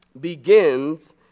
begins